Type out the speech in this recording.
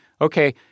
Okay